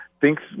thinks